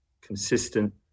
consistent